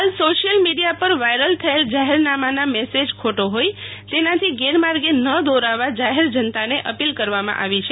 હાલ social media પર viral થયેલ જાહેરનામાનાં મેસેજ ખોટો હોઇ તેનાથી ગેરમાર્ગે ન દોરાવા જાહેર જનતાને અપીલ છે